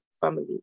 family